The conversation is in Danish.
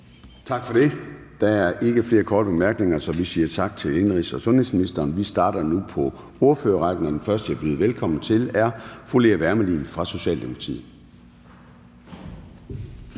Gade): Der er ikke flere korte bemærkninger, så vi siger tak til indenrigs- og sundhedsministeren. Vi starter nu på ordførerrækken. Den første, jeg byder velkommen til, er fru Lea Wermelin fra Socialdemokratiet.